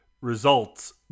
results